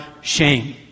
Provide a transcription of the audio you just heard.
shame